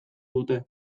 dute